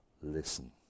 listen